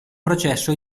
processo